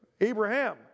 Abraham